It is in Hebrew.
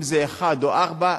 אם זה 1 או 4,